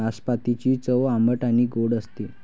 नाशपातीची चव आंबट आणि गोड असते